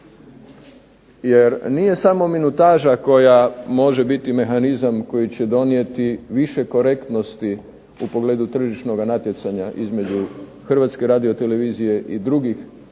Jer nije samo minutaža koja može biti mehanizam koji će donijeti više korektnosti u pogledu tržišnoga natjecanja između Hrvatske radiotelevizije i drugih